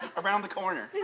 around the corner. yeah